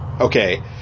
Okay